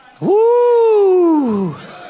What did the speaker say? Woo